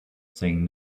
saying